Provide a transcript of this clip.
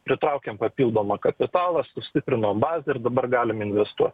pritraukėm papildomo kapitalo sustiprinom bazę ir dabar galim investuot